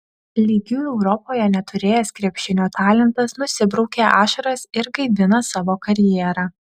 lygių europoje neturėjęs krepšinio talentas nusibraukė ašaras ir gaivina savo karjerą